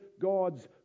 God's